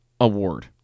award